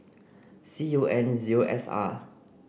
C U N zero S R